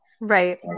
right